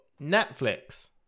Netflix